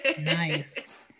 Nice